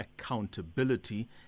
accountability